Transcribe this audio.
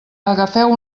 agafeu